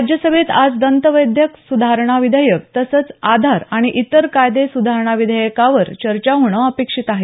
राज्यसभेत आज दंतवैद्यक सुधारणा विधेयक तसंच आधार आणि इतर कायदे सुधारणा विधेयकावर चर्चा होणं अपेक्षित आहे